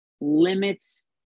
limits